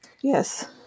Yes